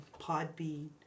Podbean